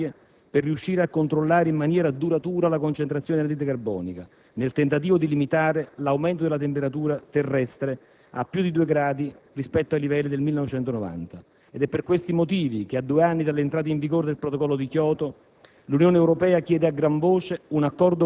Misure ben più serie sono quindi necessarie per riuscire a controllare in maniera duratura la concentrazione di anidride carbonica, nel tentativo di limitare l'aumento della temperatura terrestre a più 2 gradi rispetto ai livelli del 1990. È per questi motivi che, a due anni dall'entrata in vigore del Protocollo di Kyoto,